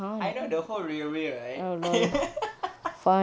I know the whole railway right